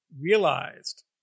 realized